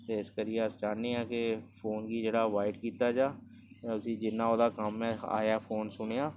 ते इस करियै अस चाह्न्ने आं कि फोन गी जेह्ड़ा अवायड कीता जाऽ ते उस्सी जिन्ना ओह्दा कम्म ऐ आया फोन सुनेआ